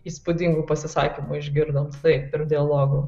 įspūdingų pasisakymų išgirdom taip ir dialogų